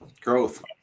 growth